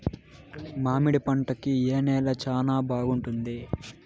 మామిడి పంట కి ఏ నేల చానా బాగుంటుంది